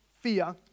fear